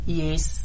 yes